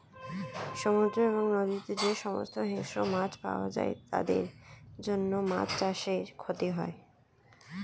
সমুদ্র এবং নদীতে যে সমস্ত হিংস্র মাছ পাওয়া যায় তাদের জন্য মাছ চাষে ক্ষতি হয়